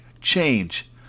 change